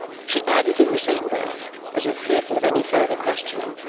she added in the same breath, as if fearful of any further questioning,